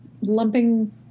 lumping